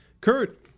Kurt